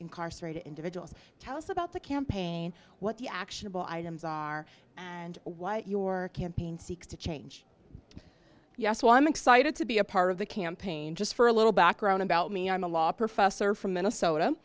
incarcerated individuals tell us about the campaign what the actionable items are and what your campaign seeks to change yes well i'm excited to be a part of the campaign just for a little background about me i'm a law professor from minnesota